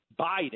Biden